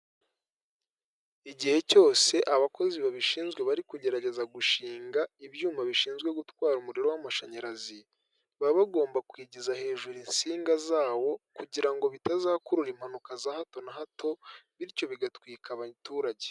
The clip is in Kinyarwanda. Igihe cyose abakozi babishinzwe bari kugerageza gushinga ibyuma bishinzwe gutwara umuriro w'amashanyarazi, baba bagomba kwigiza hejuru insinga zawo, kugira ngo bitazakurura impanuka za hato na hato bityo bigatwika abaturage.